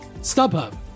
StubHub